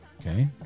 Okay